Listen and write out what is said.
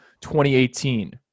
2018